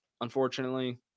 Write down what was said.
unfortunately